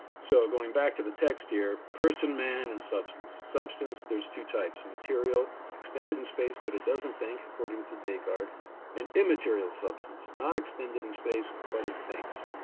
so going back to the text here, person, man, and substance, substance there's two types material, extended in space but it doesn't think, according to descartes than and immaterial substance, not extended in space, but it thinks,